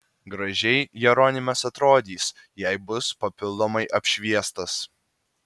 gražiai jeronimas atrodys jei bus papildomai apšviestas